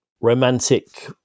romantic